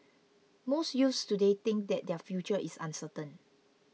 most youths today think that their future is uncertain